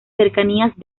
cercanías